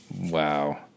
wow